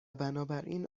بنابراین